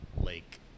lake